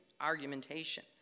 argumentation